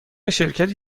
شرکتی